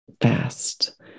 fast